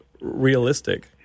realistic